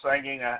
singing